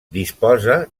disposa